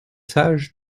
sage